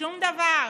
שום דבר.